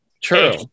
true